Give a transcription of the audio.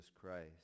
Christ